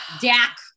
Dak